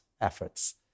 efforts